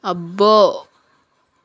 అబ్బో